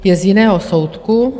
Je z jiného soudku.